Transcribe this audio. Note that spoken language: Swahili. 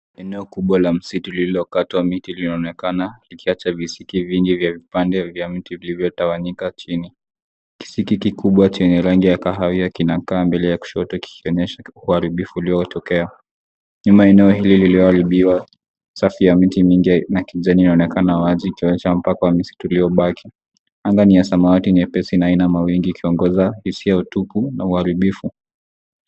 Eneo kubwa la msitu lililokatwa miti linaonekana likiacha visiki vingi vya vipande vya mti vilivyotawanyika chini. Kisiki kikubwa chenye rangi ya kahawia kinakaa mbele ya kushoto kikionyesha uharibifu uliotokea. Nyuma ya eneo hili lililoharibiwa, safu mingi ya miti mingi na kijani inaonekana wazi ikionyesha mpaka wa msitu uliobaki. Anga ni ya samawati nyepesi na haina mawingu, ikiongoza hisia ya utupu na uharibifu.